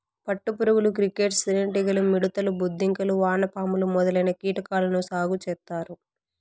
పట్టు పురుగులు, క్రికేట్స్, తేనె టీగలు, మిడుతలు, బొద్దింకలు, వానపాములు మొదలైన కీటకాలను సాగు చేత్తారు